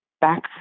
back